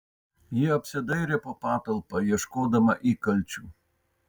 ji apsidairė po patalpą ieškodama įkalčių